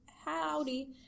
Howdy